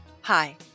Hi